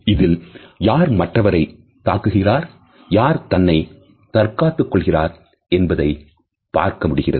இதில் யார் மற்றவரை தாக்குகிறார் யார் தன்னை தற்காத்துக் கொள்கிறார் என்பதை பார்க்க முடிகிறது